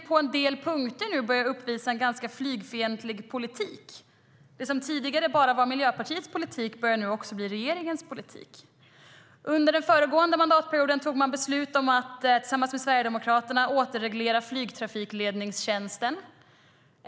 På en del punkter börjar regeringen uppvisa en ganska flygfientlig politik. Det som tidigare var Miljöpartiets politik börjar bli regeringens politik. Under föregående mandatperiod tog man tillsammans med Sverigedemokraterna beslut om att återreglera flygtrafikledningstjänsten.